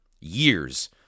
years